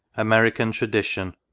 american tradition.